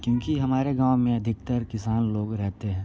क्योंकि हमारे गाँव में अधिकतर किसान लोग रहते हैं